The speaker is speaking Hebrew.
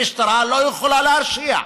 המשטרה לא יכולה להרשיע,